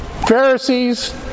Pharisees